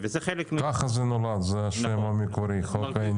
ככה זה נולד, זה השם המקורי חוק האנג'לים.